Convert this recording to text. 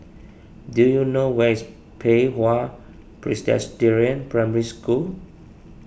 do you know where is Pei Hwa Presbyterian Primary School